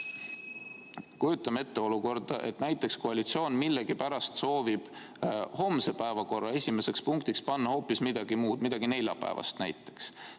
kujutame ette olukorda, kus näiteks koalitsioon soovib millegipärast homse päevakorra esimeseks punktiks panna hoopis midagi muud, midagi neljapäevast näiteks.